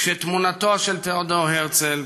כשתמונתו של תיאודור הרצל,